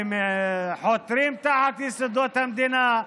וחותרים תחת יסודות המדינה?